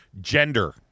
gender